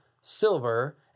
silver